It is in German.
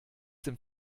dem